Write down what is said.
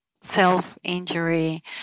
self-injury